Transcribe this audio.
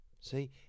See